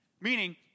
meaning